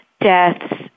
deaths